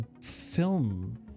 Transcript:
film